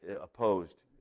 opposed